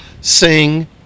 sing